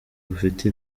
bufite